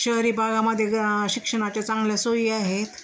शहरी भागामध्ये ग शिक्षणाच्या चांगल्या सोयी आहेत